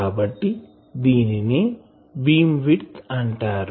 కాబట్టి దీనినే beam width అంటారు